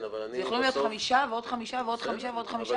הם יכולים להיות חמישה ועוד חמישה ועוד חמישה ועוד חמישה.